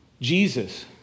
Jesus